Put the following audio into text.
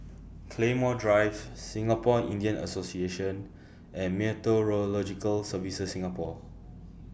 Claymore Drive Singapore Indian Association and Meteorological Services Singapore